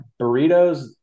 burritos